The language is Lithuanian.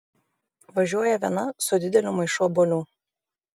važiuoja viena su dideliu maišu obuolių